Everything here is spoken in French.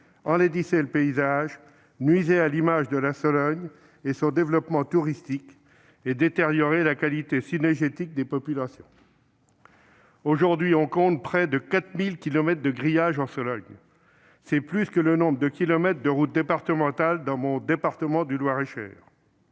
enlaidissaient le paysage, nuisaient à l'image de la Sologne et à son développement touristique et détérioraient la qualité cynégétique des populations ». Aujourd'hui, on compte près de 4 000 kilomètres de grillage en Sologne : c'est plus que le nombre de kilomètres de routes départementales dans mon département du Loir-et-Cher